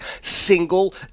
single